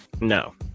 no